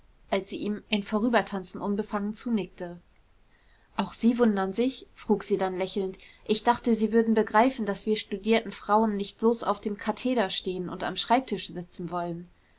als sie ihm im vorübertanzen unbefangen zunickte auch sie wundern sich frug sie dann lächelnd ich dachte sie würden begreifen daß wir studierten frauen nicht bloß auf dem katheder stehen und am schreibtisch sitzen wollen